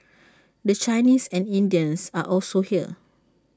the Chinese and Indians are also here